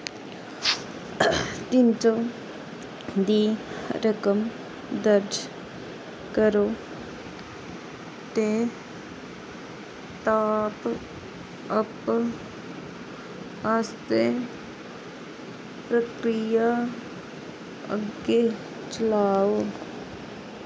तिन सौ दी रकम दर्ज करो ते टाप अप आस्तै प्रक्रिया अग्गें चलाओ